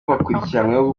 bakurikiranyweho